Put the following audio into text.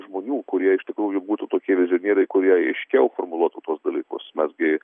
žmonių kurie iš tikrųjų būtų tokie vizionieriai kurie aiškiau formuluotų tuos dalykus mes gi